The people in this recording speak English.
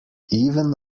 even